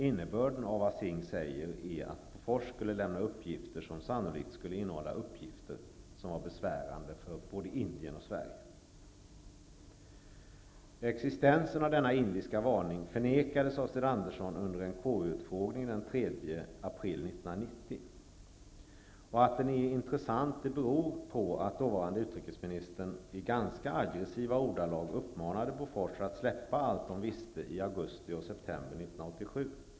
Innebörden av vad Singh sade var att Bofors skulle lämna uppgifter som sannolikt innehöll sådant som var besvärande för både Indien och Existensen av denna indiska varning förnekades av april 1990. Att den är intressant beror på att den dåvarande utrikesministern i ganska aggressiva ordalag uppmanade Bofors att släppa allt som Bofors visste i augusti och september 1987.